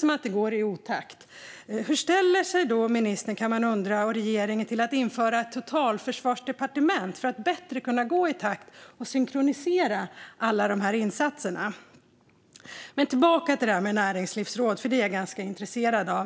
som att det går lite i otakt. Hur ställer sig ministern och regeringen till att införa ett totalförsvarsdepartement för att bättre kunna gå i takt och synkronisera alla insatser? Jag vill gå tillbaka till detta med ett näringslivsråd, för det är jag ganska intresserad av.